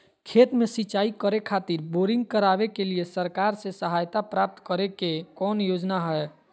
खेत में सिंचाई करे खातिर बोरिंग करावे के लिए सरकार से सहायता प्राप्त करें के कौन योजना हय?